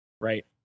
right